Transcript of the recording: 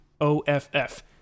OFF